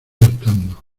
hartando